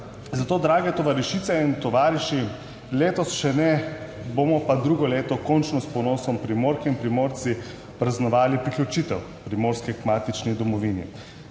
zato, drage tovarišice in tovariši, letos še ne bomo pa drugo leto končno s ponosom Primorke in Primorci praznovali priključitev Primorske k matični domovini.